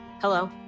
hello